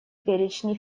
перечни